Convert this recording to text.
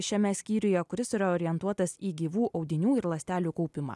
šiame skyriuje kuris yra orientuotas į gyvų audinių ir ląstelių kaupimą